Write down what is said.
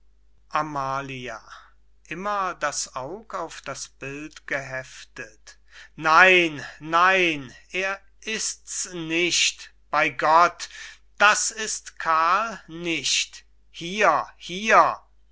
geheftet nein nein er ist's nicht bey gott das ist karl nicht hier hier